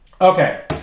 Okay